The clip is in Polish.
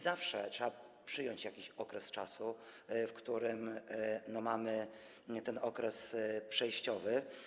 Zawsze trzeba przyjąć jakiś czas, w którym mamy ten okres przejściowy.